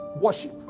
Worship